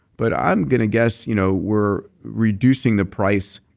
but i'm going to guess, you know we're reducing the price,